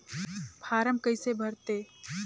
Form कइसे भरते?